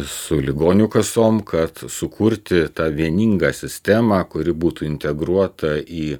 su ligonių kasom kad sukurti tą vieningą sistemą kuri būtų integruota į